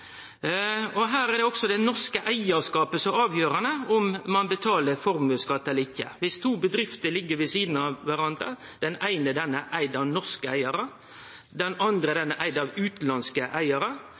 Her er det det norske eigarskapet som er avgjerande for om ein betaler formuesskatt eller ikkje. Eit eksempel er to bedrifter som ligg ved sidan av kvarandre – den eine har norske eigarar og den andre